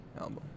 album